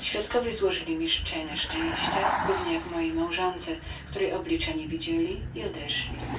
świadkowie złożyli mi życzenia szczęścia równie jak mojej małżońcemałżonce której oblicza nie widzieli i odeszli